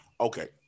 okay